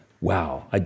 Wow